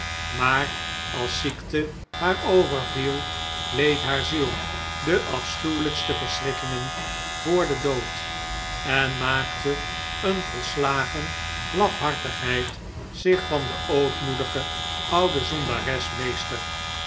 maar als ziekte haar overviel leed haar ziel de afschuwelijkste verschrikkingen voor den dood en maakte een volslagen lafhartigheid zich van de ootmoedige oude zondares meester